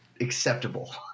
acceptable